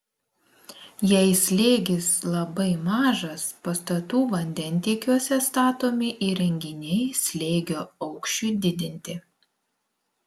jei slėgis labai mažas pastatų vandentiekiuose statomi įrenginiai slėgio aukščiui didinti